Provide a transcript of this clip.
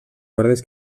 guardes